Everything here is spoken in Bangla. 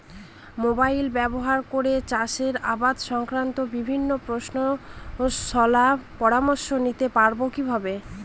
মোবাইল ব্যাবহার করে চাষের আবাদ সংক্রান্ত বিভিন্ন প্রশ্নের শলা পরামর্শ নিতে পারবো কিভাবে?